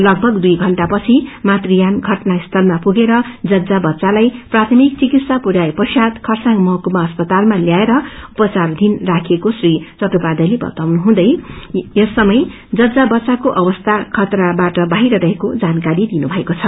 लगभग दुई घन्टापछि मातश्यान घटना स्थलामा पुगेर जच्चा बच्चालाई प्राथकि चिकित्सा पुरयाए पश्चात खरसाङ महकुमा अस्पातालामा ल्याएर उपचाराधिन राखिएको श्री चटोपाध्यायले बाताउनुहुँदै यस समय जच्चात बच्चाको अवस्था खतराबाट बाहिर रहेको जानकारी दिनु भएको छ